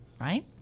right